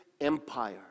Empire